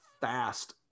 fast